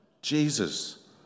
Jesus